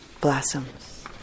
blossoms